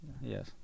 Yes